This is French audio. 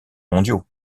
mondiaux